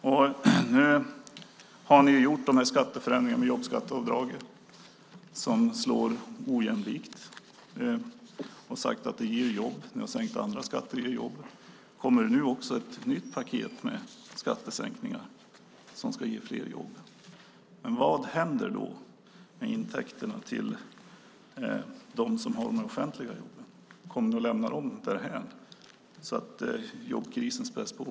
Ni har ju gjort skatteförändringen med jobbskatteavdraget som slår ojämlikt och sagt att det ger jobb. Ni har sänkt andra skatter som ger jobb. Kommer det nu ett nytt paket med skattesänkningar som ska ge fler jobb? Vad händer med intäkterna till dem som har de offentliga jobben? Kommer ni att lämna dem därhän så att jobbkrisen späds på?